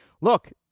look